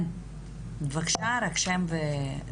כן, בבקשה רק שם לפרוטוקול.